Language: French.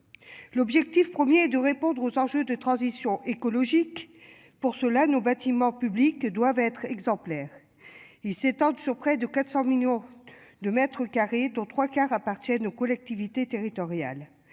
L'objectif, 1er de répondre aux enjeux de transition écologique. Pour cela, nos bâtiments publics doivent être exemplaires. Ils s'étendent sur près de 400 millions de mètres carrés aux trois quarts appartiennent aux collectivités territoriales.